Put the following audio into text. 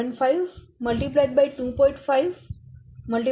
875 x 4